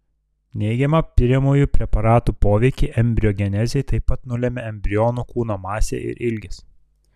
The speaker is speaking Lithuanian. neigiamą tiriamųjų preparatų poveikį embriogenezei taip pat nulemia embrionų kūno masė ir ilgis